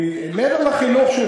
מעבר לחינוך,